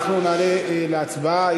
אנחנו נעלה להצבעה,